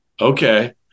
Okay